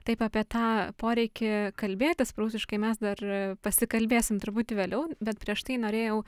taip apie tą poreikį kalbėtis prūsiškai mes dar pasikalbėsim truputį vėliau bet prieš tai norėjau